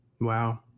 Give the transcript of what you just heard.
Wow